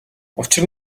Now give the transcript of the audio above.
учир